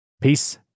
Peace